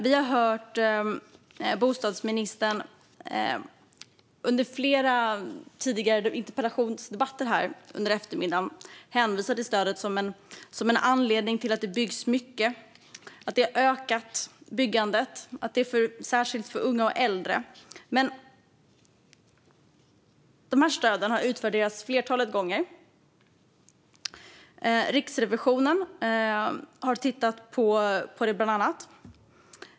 Under eftermiddagen har vi i flera tidigare interpellationsdebatter hört bostadsministern hänvisa till stödet som en anledning till att det byggs mycket och att byggandet har ökat, särskilt för unga och äldre. Men stöden har utvärderats ett flertal gånger. Bland annat har Riksrevisionen tittat på det.